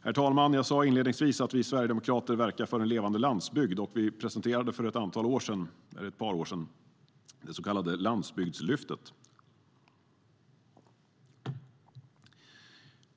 Herr talman! Jag sa inledningsvis att vi Sverigedemokrater verkar för en levande landsbygd. Vi presenterade för ett par år sedan det så kallade landsbygdslyftet.